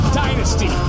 dynasty